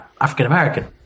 African-American